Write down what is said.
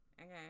Okay